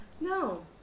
No